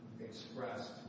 expressed